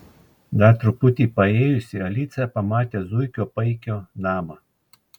dar truputį paėjusi alisa pamatė zuikio paikio namą